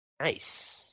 Nice